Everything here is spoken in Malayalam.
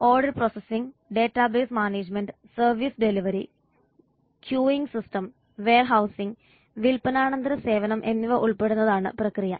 order processing database management service delivery queuing system warehousing വിൽപ്പനാനന്തര സേവനം എന്നിവ ഉൾപ്പെടുന്നതാണ് പ്രക്രിയ